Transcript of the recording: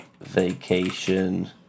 vacation